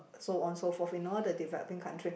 so on so forth in all the developing country